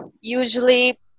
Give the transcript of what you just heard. usually